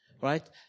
right